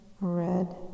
red